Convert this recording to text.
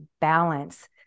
balance